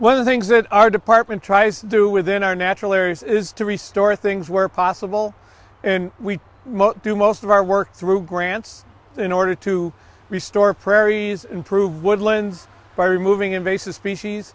of the things that our department tries to do within our natural areas is to restore things where possible and we do most of our work through grants in order to restore prairie's improve woodlands by removing invasive species